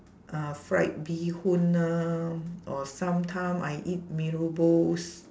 uh fried bee hoon ah or sometime I eat mee rebus